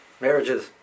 marriages